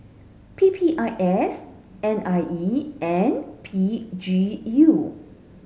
P P I S N I E and P G U